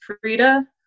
Frida